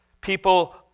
People